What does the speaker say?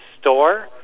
store